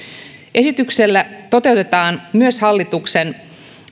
esityksellä toteutetaan myös hallituksen